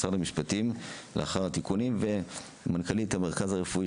משרד המשפטים לאחר התיקונים ומנכ"לית המרכז הרפואי